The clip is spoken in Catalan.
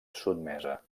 sotmesa